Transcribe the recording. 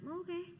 Okay